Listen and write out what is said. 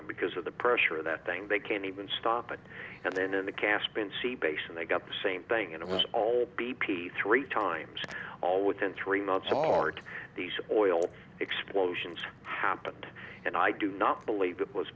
it because of the pressure that thing they can't even stop it and then in the caspian sea bass and they got the same thing and it was all b p three times all within three months hard these oil explosions happened and i do not believe it was